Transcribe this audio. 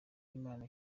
imana